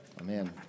Amen